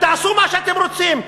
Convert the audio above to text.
תעשו מה שאתם רוצים,